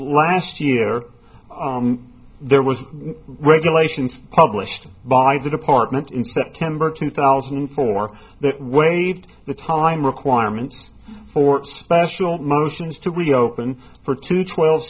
last year there was regulations published by the department in september two thousand and four that waived the time requirement for special motions to reopen for to twelve